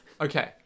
Okay